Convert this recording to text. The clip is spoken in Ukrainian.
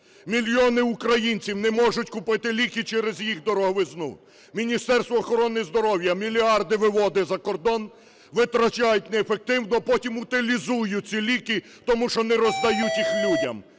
Мільйони українців не можуть купити ліки через їх дороговизну. Міністерство охорони здоров'я мільярди виводить за кордон, витрачають неефективно, потім утилізують ці ліки, тому що не роздають їх людям,